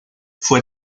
fue